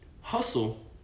Hustle